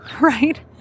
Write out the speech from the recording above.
right